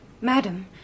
Madam